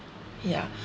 ya